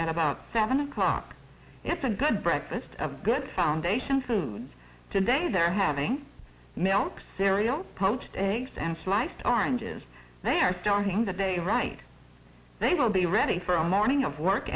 at about seven o'clock it's a good breakfast a good foundation food today they're having milk cereal poached eggs and sliced oranges they're starting the day right they will be ready for a morning of work